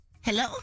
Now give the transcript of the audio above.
Hello